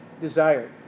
desired